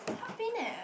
heart pain leh